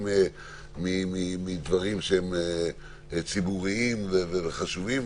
גם מדברים ציבוריים וחשובים,